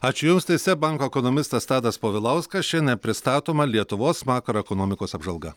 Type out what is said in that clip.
ačiū jums tai seb banko ekonomistas tadas povilauskas šiandien pristatoma lietuvos vakaro ekonomikos apžvalga